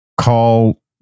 call